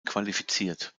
qualifiziert